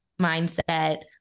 mindset